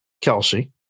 Kelsey